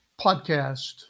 podcast